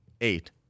Eight